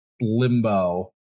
limbo